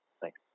Thanks